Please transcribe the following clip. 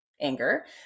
anger